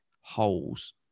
holes